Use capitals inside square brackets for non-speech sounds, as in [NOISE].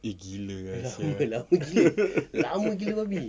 eh gila lah sia [LAUGHS]